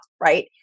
right